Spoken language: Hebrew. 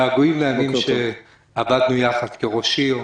געגועים לימים שעבדנו יחד כראש עיר,